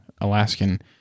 Alaskan